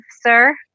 sir